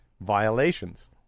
violations